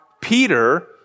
Peter